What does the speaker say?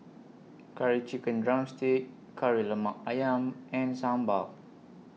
Curry Chicken Drumstick Kari Lemak Ayam and Sambal